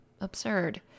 Absurd